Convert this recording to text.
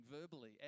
verbally